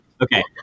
Okay